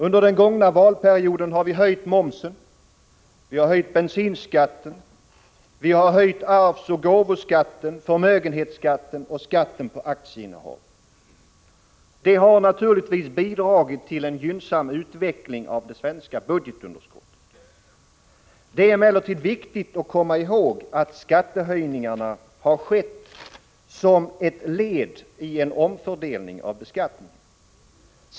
Under den gångna valperioden har vi höjt momsen, bensinskatten, arvsoch gåvoskatten, förmögenhetsskatten samt skatten på aktieinnehav. Det har naturligtvis bidragit till en gynnsam utveckling av det svenska budgetunderskottet. Det är emellertid viktigt att komma ihåg, att skattehöjningarna har skett som ett led i en omfördelning av beskattningen.